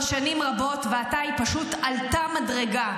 שנים רבות ועתה היא פשוט עלתה מדרגה,